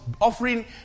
offering